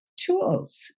tools